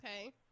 okay